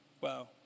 Wow